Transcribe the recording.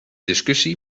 discussie